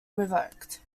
revoked